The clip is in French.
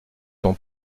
ton